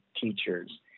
teachers